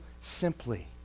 simply